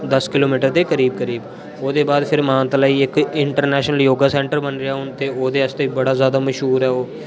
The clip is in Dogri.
दस किलोमीटर दे करीब करीब औहदे बाद फिर मानतलाई इक इक इंटरनेशनल योगा सेंटर बनेया हुन ते ओहदे आस्तै बड़ा ज्यादा मशहूर ऐ ओह्